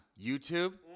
YouTube